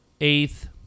eighth